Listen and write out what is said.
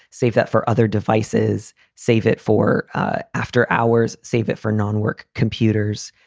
save that for other devices. save it for after hours. save it for non-work computers.